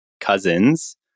cousins